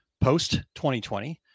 post-2020